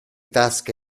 tasca